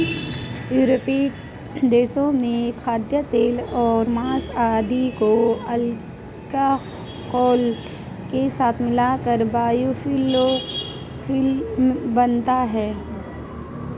यूरोपीय देशों में खाद्यतेल और माँस आदि को अल्कोहल के साथ मिलाकर बायोफ्यूल बनता है